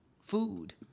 food